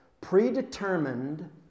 predetermined